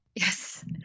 Yes